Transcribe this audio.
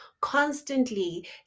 constantly